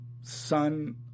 Son